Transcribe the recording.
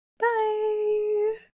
bye